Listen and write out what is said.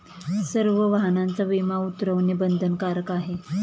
सर्व वाहनांचा विमा उतरवणे बंधनकारक आहे